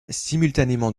simultanément